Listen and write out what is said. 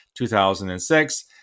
2006